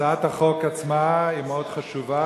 הצעת החוק עצמה היא מאוד חשובה,